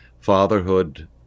Fatherhood